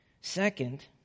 Second